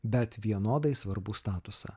bet vienodai svarbų statusą